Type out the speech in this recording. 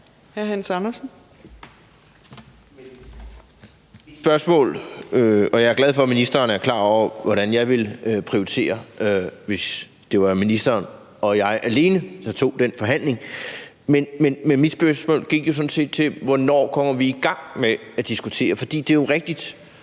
Jeg er glad for, at ministeren er klar over, hvordan jeg ville prioritere, hvis det var ministeren og mig alene, der tog den forhandling. Men mit spørgsmål gik jo sådan set på, hvornår vi kommer i gang med at diskutere det. Det er jo, som hr.